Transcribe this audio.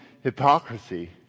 hypocrisy